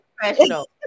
professional